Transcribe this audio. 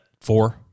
four